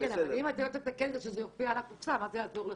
אם לא תתקן שזה יופיע על הקופסא, מה זה יעזור לך?